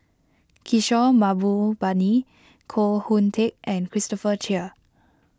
Kishore Mahbubani Koh Hoon Teck and Christopher Chia